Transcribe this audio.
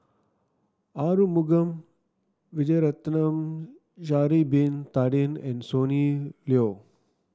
Arumugam Vijiaratnam Sha'ari Bin Tadin and Sonny Liew